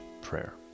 prayer